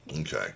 Okay